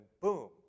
boom